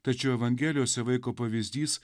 tačiau evangelijose vaiko pavyzdys